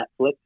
Netflix